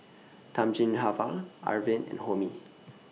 Thamizhavel Arvind and Homi